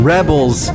Rebels